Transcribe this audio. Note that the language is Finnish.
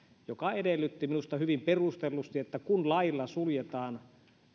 joka edellytti minusta hyvin perustellusti että kun lailla suljetaan